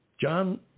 John